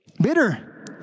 Bitter